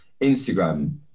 Instagram